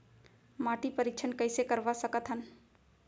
माटी परीक्षण कइसे करवा सकत हन?